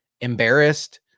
embarrassed